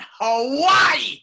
Hawaii